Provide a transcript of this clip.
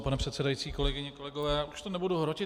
Pane předsedající, kolegyně a kolegové, už to nebudu hrotit.